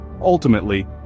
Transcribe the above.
ultimately